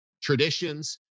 traditions